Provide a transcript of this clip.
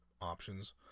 options